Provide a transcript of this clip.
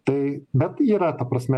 tai bet yra ta prasme